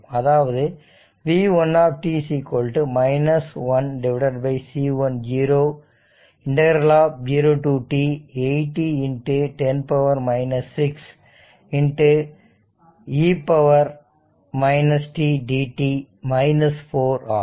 அதாவது v1 1C1 0 to t ∫ 80 10 6 e t dt 4 ஆகும்